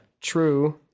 True